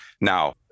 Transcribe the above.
Now